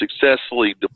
successfully